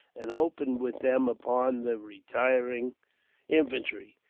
and opened with them upon the retiring infantry.